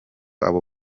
abo